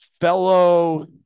fellow